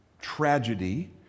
tragedy